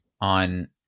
on